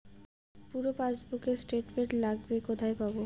পুরো পাসবুকের স্টেটমেন্ট লাগবে কোথায় পাব?